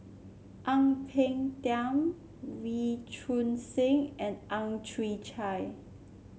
Ang Peng Tiam Wee Choon Seng and Ang Chwee Chai